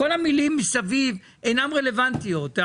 כל המילים מסביב אינן רלוונטיות.